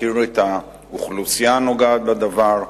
מכיר את האוכלוסייה הנוגעת בדבר,